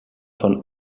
von